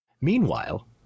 Meanwhile